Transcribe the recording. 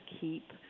keep